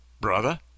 Brother